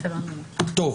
אם